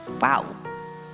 wow